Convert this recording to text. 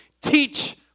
teach